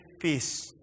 Peace